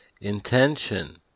Intention